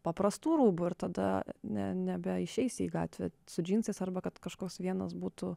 paprastų rūbų ir tada ne nebeišeisi į gatvę su džinsais arba kad kažkoks vienas būtų